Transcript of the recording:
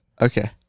Okay